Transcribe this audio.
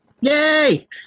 Yay